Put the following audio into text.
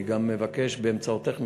אני גם מבקש באמצעותך,